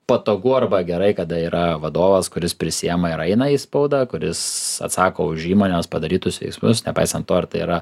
patogu arba gerai kada yra vadovas kuris prisiima ir eina į spaudą kuris atsako už įmonės padarytus veiksmus nepaisant to ar tai yra